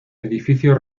edificio